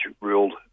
ruled